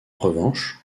revanche